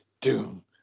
Doom